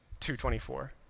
2.24